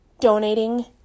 Donating